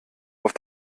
auf